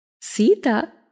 Sita